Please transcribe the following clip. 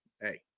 Hey